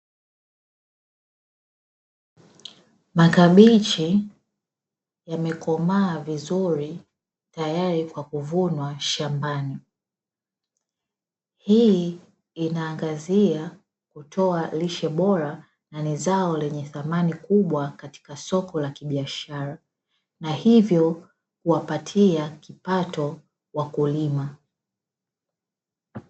Makabichi yamekomaa vizuri, tayari kwa kuvunwa shambani. Hii inaangazia kutoa lishe bora na ni zao lenye thamani kubwa katika soko la kibiashara na hivyo kuwapatia kipato wakulima.